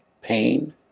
pain